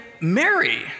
Mary